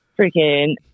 freaking